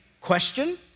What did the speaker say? question